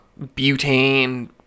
butane